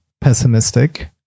pessimistic